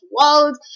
world